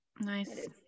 Nice